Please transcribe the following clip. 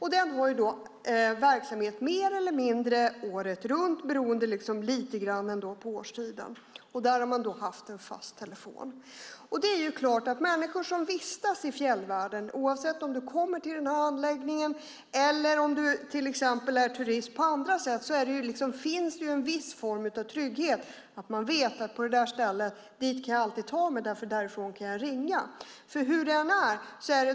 Den har verksamhet mer eller mindre året runt beroende lite grann på årstiden. Där har man haft en fast telefon. Människor som vistas i fjällvärlden, oavsett om de kommer till anläggningen eller till exempel är turister på andra sätt, känner att det finns en viss form av trygghet. De vet att till det stället kan de alltid ta sig, eftersom de kan ringa därifrån.